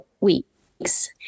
weeks